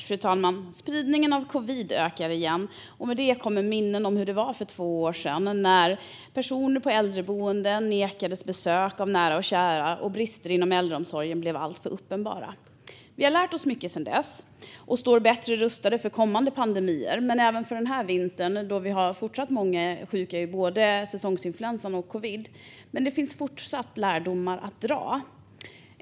Fru talman! Spridningen av covid ökar igen, och med det kommer minnen av hur det var för två år sedan när personer på äldreboenden nekades att ta emot besök av nära och kära och brister inom äldreomsorgen blev alltför uppenbara. Vi har lärt oss mycket sedan dess och står bättre rustade för kommande pandemier. Även den här vintern är det många sjuka i både säsongsinfluensan och covid, och det finns fortsatt lärdomar att dra.